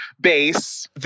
base